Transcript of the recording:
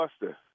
buster